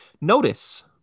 Notice